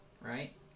right